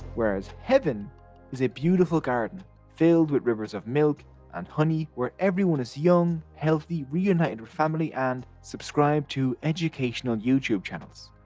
whereas heaven is a beautiful garden filled with rivers of milk and honey where everyone is young, healthy, reunited with family, and subscribed to educational youtube channels.